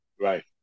Right